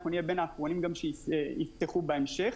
אנחנו נהיה בין האחרונים שיפתחו בהמשך.